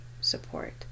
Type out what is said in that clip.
support